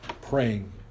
praying